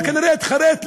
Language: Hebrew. אבל כנראה התחרט.